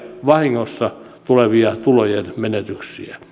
vahingossa tulevia tulojen menetyksiä